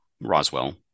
Roswell